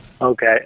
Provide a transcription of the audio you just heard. Okay